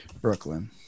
Brooklyn